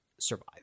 survive